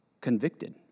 convicted